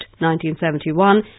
1971